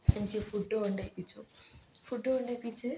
എനിക്ക് ഫുഡ് കൊണ്ടെത്തിച്ചു ഫുഡ് കൊണ്ടെത്തിച്ച്